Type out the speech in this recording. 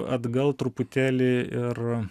atgal truputėlį ir